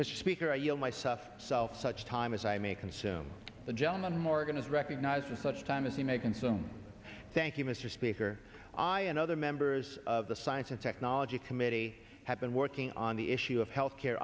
but speaker i yield myself self such time as i may consume the gentleman organised recognizes such time as he may consume thank you mr speaker i and other members of the science and technology committee have been working on the issue of health care